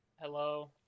Hello